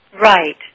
Right